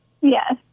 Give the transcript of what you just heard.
Yes